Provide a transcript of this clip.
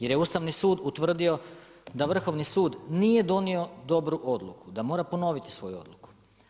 Jer je Ustavni sud utvrdio da Vrhovni sud nije donio dobru odluku, da mora ponoviti svoju odluku.